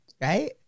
Right